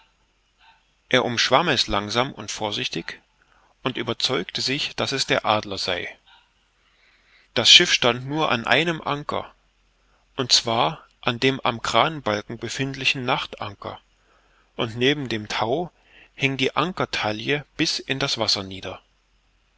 er umschwamm es langsam und vorsichtig und überzeugte sich daß es der adler sei das schiff stand nur an einem anker und zwar an dem am krahnbalken befindlichen nachtanker und neben dem tau hing die ankertalje bis in das wasser nieder